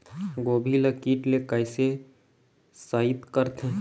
गोभी ल कीट ले कैसे सइत करथे?